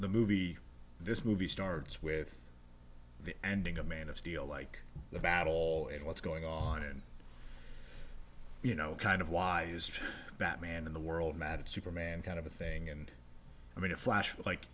the movie this movie starts with the ending a man of steel like the battle and what's going on in you know kind of wised that man in the world mad superman kind of a thing and i mean a flash like